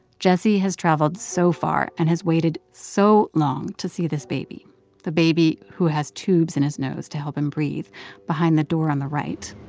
jessie has traveled so far and has waited so long to see this baby the baby who has tubes in his nose to help him breathe behind the door on the right.